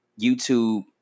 youtube